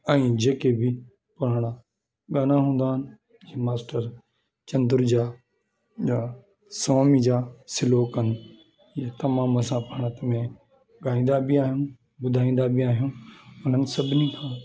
ऐं जेके बि पुराणा गाना हूंदा आहिनि की मास्टर चंदुर जा या स्वामी जा श्लोकनि ईअं तमामु असां पाणत में गाईंदा बि आहियूं ॿुधाईंदा बि आहियूं उन्हनि सभिनी खां